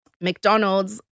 McDonald's